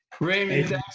Raymond